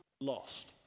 lost